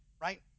right